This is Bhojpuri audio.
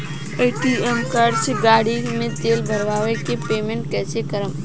ए.टी.एम कार्ड से गाड़ी मे तेल भरवा के पेमेंट कैसे करेम?